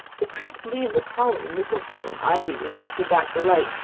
the crisp leaves of holly, mistletoe, and ivy reflected back the light,